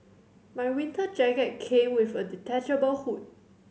my winter jacket came with a detachable hood